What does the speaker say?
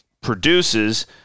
produces –